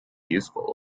useful